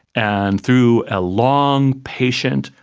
and through a long, patient,